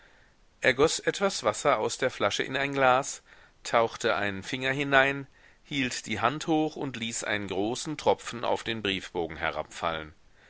er goß etwas wasser aus der flasche in ein glas tauchte einen finger hinein hielt die hand hoch und ließ einen großen tropfen auf den briefbogen herabfallen